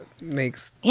makes